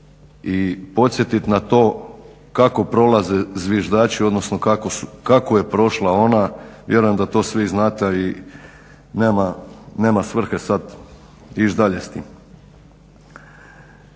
i podsjetit na to kako prolaze zviždači, odnosno kako je prošla ona. Vjerujem da to svi znate i nema svrhe sad ići dalje s tim.